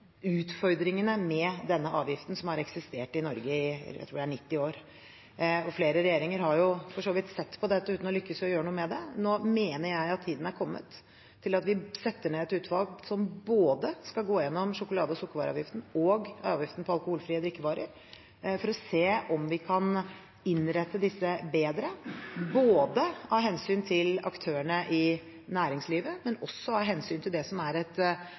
utfordringene med denne avgiften, som har eksistert i Norge i – jeg tror det er – 90 år. Flere regjeringer har for så vidt sett på dette uten å lykkes i å gjøre noe med det. Nå mener jeg tiden har kommet for å sette ned et utvalg som skal gå igjennom både sjokolade- og sukkervareavgiften og avgiften på alkoholfrie drikkevarer for å se om vi kan innrette disse bedre, av hensyn til aktørene i næringslivet, men også av hensyn til det som er et